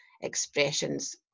expressions